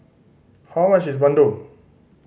how much is bandung